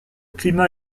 climat